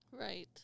Right